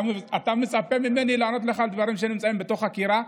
אתה מצפה ממני לענות לך על דברים שנמצאים בתוך חקירה,